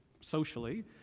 socially